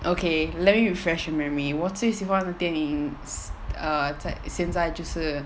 okay let me refresh your memory 我最喜欢的电影 err 现在就是